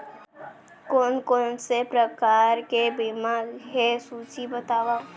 कोन कोन से प्रकार के बीमा हे सूची बतावव?